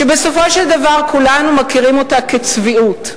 שבסופו של דבר כולנו מכירים אותה כצביעות.